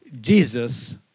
Jesus